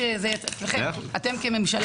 הפתרון נמצא אצלכם כממשלה.